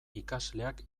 ikasleak